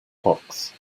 box